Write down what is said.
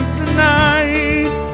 tonight